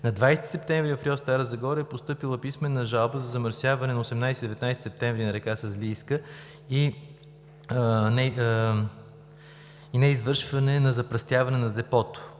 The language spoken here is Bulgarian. На 20 септември 2019 г. в РИОСВ – Стара Загора, е постъпила писмена жалба за замърсяване на 18 и 19 септември 2019 г. на река Сазлийка и неизвършване на запръстяване на депото.